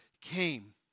came